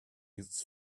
its